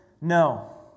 No